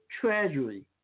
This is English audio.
treasury